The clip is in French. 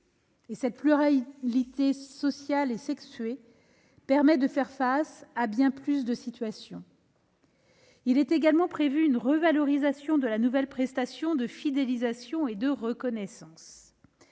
! Cette pluralité sociale et sexuée permet de faire face à des situations plus diverses. Il est également prévu une revalorisation de la nouvelle prestation de fidélisation et de reconnaissance.